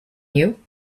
you